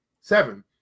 Seven